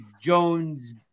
Jones